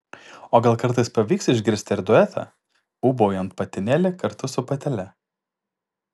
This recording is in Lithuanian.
o gal kartais pavyks išgirsti ir duetą ūbaujant patinėlį kartu su patele